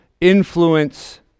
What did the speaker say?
influence